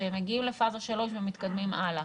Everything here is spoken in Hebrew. שהם יגיעו לפאזה 3 והם מתקדמים הלאה.